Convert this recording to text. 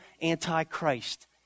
anti-Christ